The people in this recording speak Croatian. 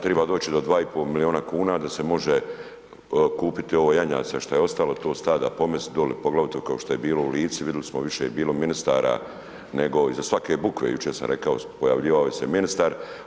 Treba doći do 2,5 milijuna kuna da se može kupiti ovo janjaca što je ostalo, tj. pomesti dolje, poglavito kao što je bilo u Lici, vidjeli smo, više je bilo ministara nego, iza svake bukve, jučer sam rekao, pojavljivao se ministar.